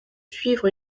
suivre